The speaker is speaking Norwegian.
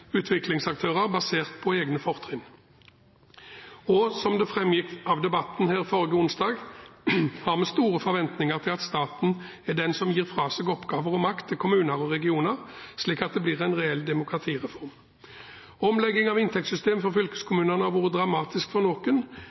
utviklingsaktører basert på egne fortrinn. Og vi har, som det framgikk av debatten her forrige onsdag, store forventninger til at staten er den som gir fra seg oppgaver og makt til kommuner og regioner, slik at det blir en reell demokratireform. Omleggingen av inntektssystemet for fylkeskommunene har vært dramatisk for noen.